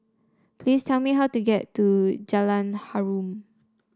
please tell me how to get to Jalan Harum